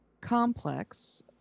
complex